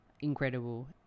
incredible